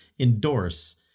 endorse